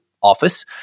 office